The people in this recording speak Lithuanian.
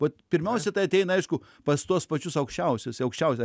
vat pirmiausia tai ateina aišku pas tuos pačius aukščiausius aukščiausią